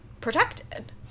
protected